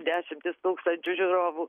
dešimtis tūkstančių žiūrovų